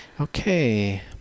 okay